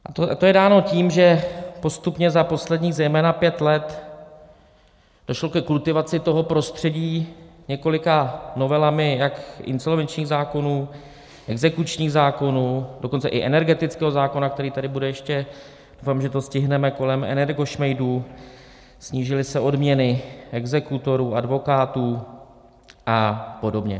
A to je dáno tím, že postupně za posledních zejména pět let došlo ke kultivaci toho prostředí několika novelami jak insolvenčních zákonů, exekučních zákonů, dokonce i energetického zákona, který tady bude ještě doufám, že to stihneme kolem energošmejdů, snížily se odměny exekutorů, advokátů a podobně.